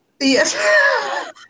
Yes